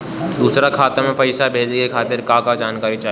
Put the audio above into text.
दूसर खाता में पईसा भेजे के खातिर का का जानकारी चाहि?